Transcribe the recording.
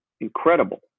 incredible